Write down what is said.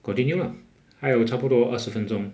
continue lah 还有差不多二十分钟